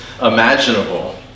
imaginable